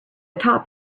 top